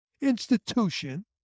institution